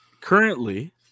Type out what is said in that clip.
Currently –